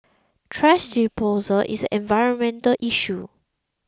thrash disposal is environmental issue